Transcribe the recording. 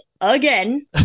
again